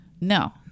No